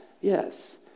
Yes